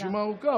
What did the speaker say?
נו, הרשימה ארוכה.